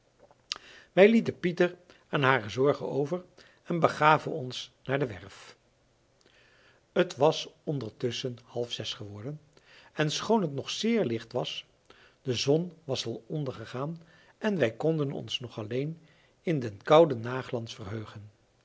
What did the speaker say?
wij lieten pieter aan hare zorgen over en begaven ons naar de werf het was ondertusschen halfzes geworden en schoon t nog zeer licht was de zon was al ondergegaan en wij konden ons nog alleen in den kouden naglans verheugen